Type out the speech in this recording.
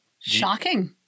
Shocking